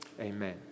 Amen